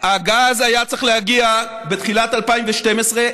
הגז היה צריך להגיע בתחילת 2012,